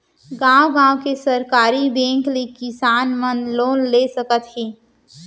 गॉंव गॉंव के सहकारी बेंक ले किसान मन लोन ले सकत हे